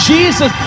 Jesus